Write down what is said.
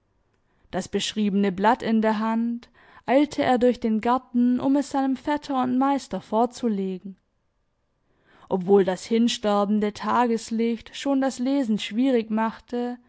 das beschriebene blatt in der hand eilte er durch den garten um es seinem vetter und meister vorzulegen obwohl das hinsterbende tageslicht schon das lesen schwierig machte